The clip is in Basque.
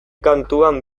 kantuan